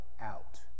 out